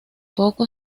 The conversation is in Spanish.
poco